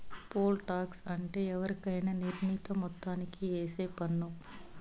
pole tax అంటే ఎవరికైనా నిర్ణీత మొత్తానికి ఏసే పన్ను